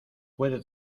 puede